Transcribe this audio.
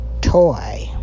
Toy